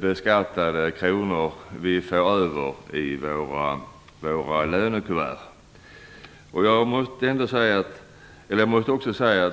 beskattade kronor i våra lönekuvert som vi får över?